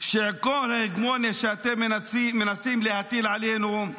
כל ההגמוניה שאתם מנסים להטיל עלינו,